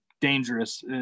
dangerous